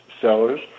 sellers